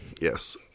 Yes